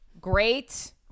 Great